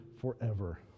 forever